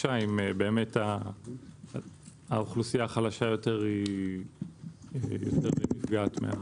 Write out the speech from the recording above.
אם האוכלוסייה החלשה יותר, נפגעת יותר.